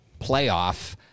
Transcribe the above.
playoff